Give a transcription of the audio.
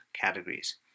categories